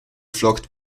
flockt